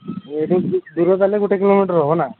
ଏଇଠୁ ଦୂର ତା'ହେଲେ ଗୋଟେ କିଲୋମିଟର୍ ହେବ ନା